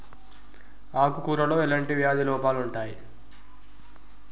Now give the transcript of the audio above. ఆకు కూరలో ఎలాంటి వ్యాధి లోపాలు ఉంటాయి?